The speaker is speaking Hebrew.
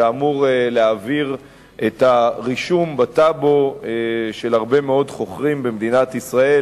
ואמור להעביר את הרישום בטאבו של הרבה מאוד חוכרים במדינת ישראל,